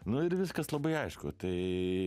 nu ir viskas labai aišku tai